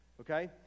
okay